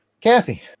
Kathy